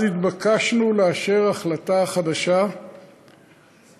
אז התבקשנו לאשר החלטה חדשה אחרת,